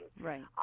right